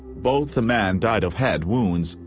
both men died of head wounds,